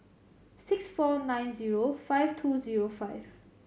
six four nine zero five two zero five